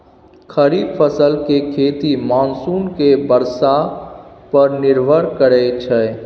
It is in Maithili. खरीफ फसल के खेती मानसून के बरसा पर निर्भर करइ छइ